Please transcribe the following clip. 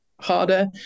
harder